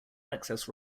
access